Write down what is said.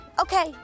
Okay